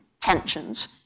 tensions